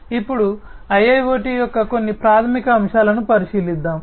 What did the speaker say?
ఇప్పుడు IIoT యొక్క కొన్ని ప్రాథమిక అంశాలను పరిశీలిద్దాం